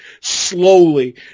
slowly